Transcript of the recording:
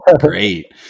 great